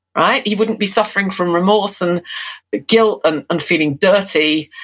right, he wouldn't be suffering from remorse, and but guilt, and and feeling dirty,